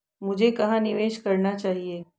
मुझे कहां निवेश करना चाहिए?